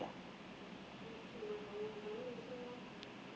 ya